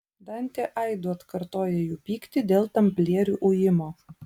dantė aidu atkartoja jų pyktį dėl tamplierių ujimo